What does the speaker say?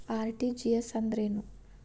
RTGS ಅಂದ್ರೇನು?